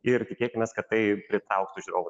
ir tikėkimės kad tai pritrauktų žiūrovų